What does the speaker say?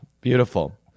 beautiful